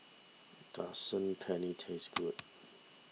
does Saag Paneer taste good